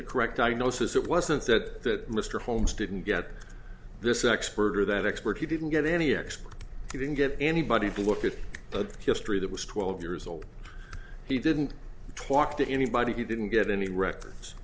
the correct diagnosis it wasn't that mr holmes didn't get this expert or that expert he didn't get any expert he didn't get anybody to look at the history that was twelve years old he didn't talk to anybody he didn't get any records